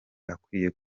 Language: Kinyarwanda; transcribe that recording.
akwiye